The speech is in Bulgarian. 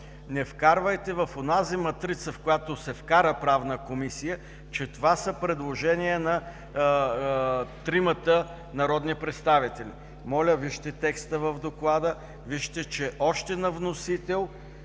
не вкарвайте в онази матрица, в която се вкара Правна комисия, че това са предложения на тримата народни представители. Моля, вижте текста в доклада, вижте, че още на вносител